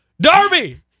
Darby